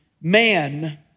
man